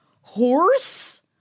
horse